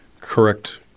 correct